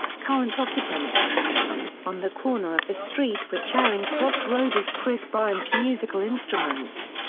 current occupants on the corner of the street with charing cross road is chris bryant's musical instruments.